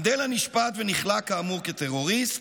מנדלה נשפט ונכלא, כאמור, כטרוריסט,